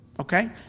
Okay